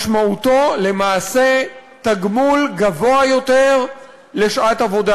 משמעותו למעשה תגמול גבוה יותר לשעת עבודה